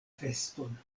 feston